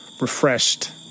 refreshed